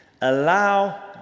allow